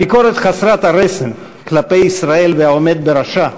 הביקורת חסרת הרסן כלפי ישראל והעומד בראשה,